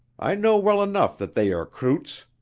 i know well enough that they are croutes.